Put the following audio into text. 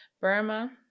Burma